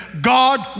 God